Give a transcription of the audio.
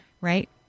right